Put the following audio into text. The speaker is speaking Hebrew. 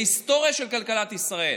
בהיסטוריה של כלכלת ישראל?